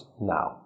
now